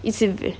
make sense right